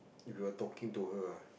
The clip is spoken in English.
if you were talking to her ah